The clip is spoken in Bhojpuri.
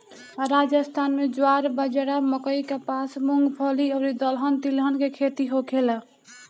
राजस्थान में ज्वार, बाजारा, मकई, कपास, मूंगफली अउरी दलहन तिलहन के खेती होखेला